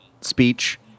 speech